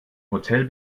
hotel